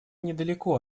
недалеко